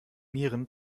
nieren